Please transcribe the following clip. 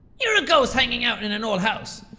you're a ghost hanging out in an old house.